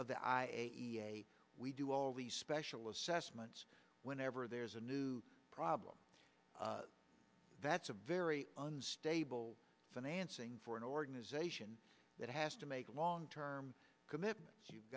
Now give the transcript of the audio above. we do all these special assessments whenever there's a new problem that's a very unstable financing for an organization that has to make a long term commitment so you've